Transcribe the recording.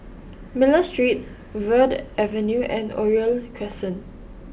Miller Street Verde Avenue and Oriole Crescent